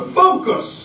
focus